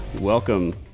Welcome